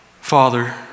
Father